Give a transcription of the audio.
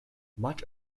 much